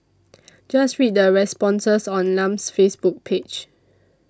just read the responses on Lam's Facebook page